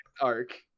arc